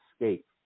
escape